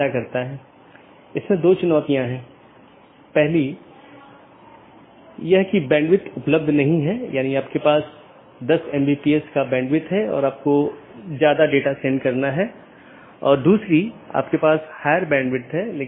कैसे यह एक विशेष नेटवर्क से एक पैकेट भेजने में मदद करता है विशेष रूप से एक ऑटॉनमस सिस्टम से दूसरे ऑटॉनमस सिस्टम में